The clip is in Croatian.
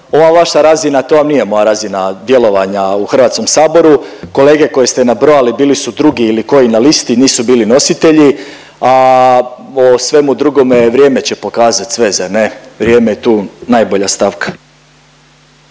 Ova vaša razina to vam nije moja razina djelovanja u HS-u, kolege koje ste nabrojali bili su drugi ili koji na listi, nisu bili nositelji, a o svemu drugome vrijeme će pokazat sve zar ne, vrijeme je tu najbolja stavka.